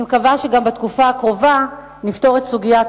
אני מקווה שבתקופה הקרובה גם נפתור את סוגיית